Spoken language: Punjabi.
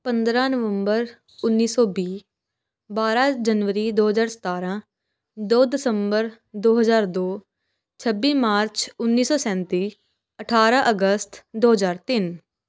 ਪੰਦਰਾਂ ਨਵੰਬਰ ਉੱਨੀ ਸੌ ਵੀਹ ਬਾਰਾਂ ਜਨਵਰੀ ਦੋ ਹਜ਼ਾਰ ਸਤਾਰਾਂ ਦੋ ਦਸੰਬਰ ਦੋ ਹਜ਼ਾਰ ਦੋ ਛੱਬੀ ਮਾਰਚ ਉੱਨੀ ਸੌ ਸੈਂਤੀ ਅਠਾਰਾਂ ਅਗਸਤ ਦੋ ਹਜ਼ਾਰ ਤਿੰਨ